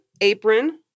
apron